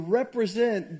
represent